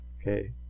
okay